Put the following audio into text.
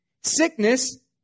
Sickness